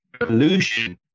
revolution